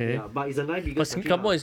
ya but it's the ninth biggest country lah